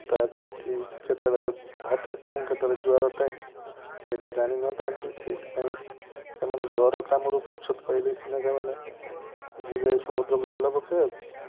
ତା ତିଥି କେତେବେଳେ ଭଟ୍ଟା ଟାଇମ୍ କେତେବେଳେ ଟାଇମ ସେଟା ଜାଣିନଥାନ୍ତି ସେଇଥିପାଇଁ ସେମାନେ ଘରକାମରୁ ଫୁରସତ ପାଇଲେ ସିନା ସେମାନେ ଯିବେ ସମୁଦ୍ରକୁ ଜାଲ ପକାଇବାକୁ